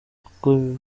kuko